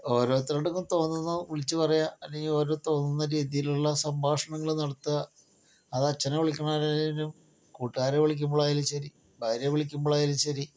ഒരോർത്തർക്കും തോന്നുന്നത് വിളിച്ചു പറയുക അല്ലെങ്കിൽ ഓരോ തോന്നുന്ന രീതിയിലുള്ള സംഭാഷണങ്ങൾ നടത്തുക അത് അച്ഛനെ വിളിക്കുന്നതായാലും കൂട്ടുകാരെ വിളിക്കുമ്പോഴായാലും ശരി ഭാര്യ വിളിക്കുമ്പോഴായാലും ശരി